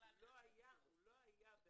לא היה בעבר.